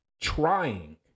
trying